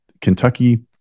Kentucky